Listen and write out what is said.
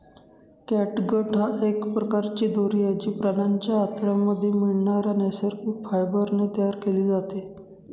catgut एक प्रकारची दोरी आहे, जी प्राण्यांच्या आतड्यांमध्ये मिळणाऱ्या नैसर्गिक फायबर ने तयार केली जाते